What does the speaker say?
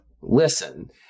listen